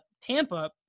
Tampa